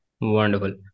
Wonderful